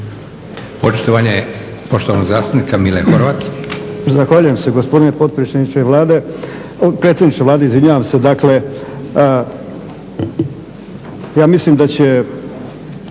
Očitovanje poštovanog zastupnika Mile Horvat. **Horvat, Mile (SDSS)** Zahvaljujem se gospodine potpredsjedniče Vlade, predsjedniče Vlade, izvinjavam se. Dakle, ja mislim da će